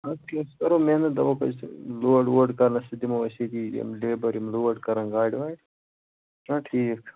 اَدٕ کینٛہہ أسۍ کَرو محنت دَپوکھ أسۍ لوڈ ووڈ کَرنَس سُہ دِمو أسۍ ییٚتی یِم لیبَر یِم لوڈ کَرَن گاڑِ واڑِ چھُنا ٹھیٖک